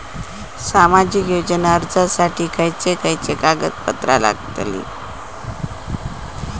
सामाजिक योजना अर्जासाठी खयचे खयचे कागदपत्रा लागतली?